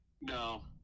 no